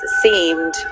seemed